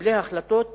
מקבלי ההחלטות